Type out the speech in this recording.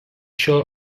šio